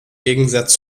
gegensatz